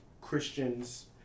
Christians